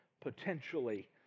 potentially